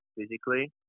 physically